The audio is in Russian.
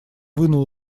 вынул